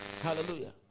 hallelujah